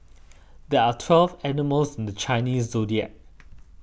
there are twelve animals in the Chinese zodiac